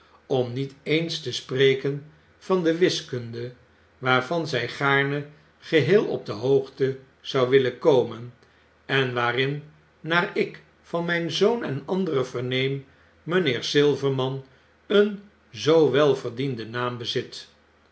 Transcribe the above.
om niet eens te sreken van de wiskunde waarvan zy gaarne geheel op de hoogte zou willen komen en waarin naar ik van mijn zoon en anderen verneem mynheer silverman een zoo welverdienden naam bezit